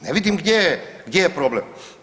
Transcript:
Ne vidim gdje je problem.